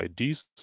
ids